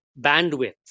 bandwidth